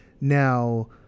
Now